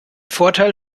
vorteil